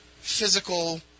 physical